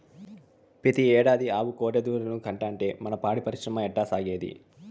పెతీ ఏడాది ఆవు కోడెదూడనే కంటాంటే మన పాడి పరిశ్రమ ఎట్టాసాగేది